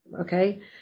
okay